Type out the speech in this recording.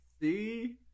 See